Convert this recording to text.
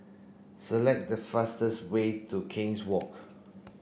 select the fastest way to King's Walk